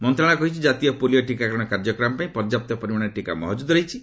ମନ୍ତ୍ରଣାଳୟ କହିଛି କ୍ରାତୀୟ ପୋଲିଓ ଟୀକାକରଣ କାର୍ଯ୍ୟକ୍ରମ ପାଇଁ ପର୍ଯ୍ୟାପ୍ତ ପରିମାଣର ଟୀକା ମହକ୍କୁଦ୍ ରହିଛି